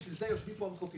בשביל זה יושבים פה המחוקקים.